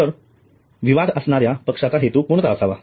तर विवाद असणाऱ्या पक्षांचा हेतू कोणता असावा